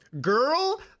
Girl